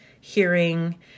hearing